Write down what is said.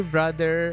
Brother